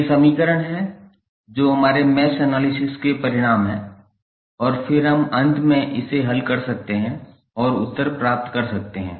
ये समीकरण हैं जो हमारे मैश एनालिसिस के परिणाम हैं और फिर हम अंत में इसे हल कर सकते हैं और उत्तर प्राप्त कर सकते हैं